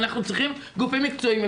אנחנו צריכים גופים מקצועיים.